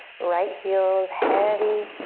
right heel is heavy.